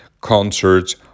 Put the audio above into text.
concerts